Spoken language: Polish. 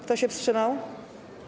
Kto się wstrzymał?